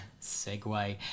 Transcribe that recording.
segue